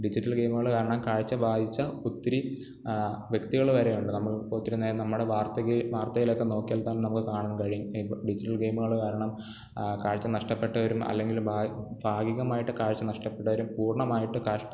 digital ഗെയിമുകൾ കാരണം കാഴ്ച ബാധിച്ച ഒത്തിരി വ്യക്തികൾ വരെ ഉണ്ട് നമ്മൾ ഒത്തിരി നേരം നമ്മൾ വാർത്തക്ക് വാർത്തയിലൊക്കെ നോക്കിയാൽത്തന്നെ നമ്മൾ കാണാൻ കഴിയും ഇപ്പം ഡിജിറ്റൽ ഗെയിമുകൾ കാരണം കാഴ്ച നഷ്ടപ്പെട്ടവരും അല്ലെങ്കിൽ ഭാ ഭാഗികമായിട്ടു കാഴ്ച നഷ്ടപ്പെട്ടവരും പൂർണ്ണമായിട്ട് കാഷ്